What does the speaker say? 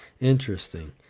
Interesting